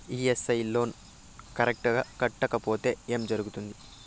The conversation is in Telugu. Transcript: ఇ.ఎమ్.ఐ లోను కరెక్టు గా కట్టకపోతే ఏం జరుగుతుంది